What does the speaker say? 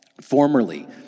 formerly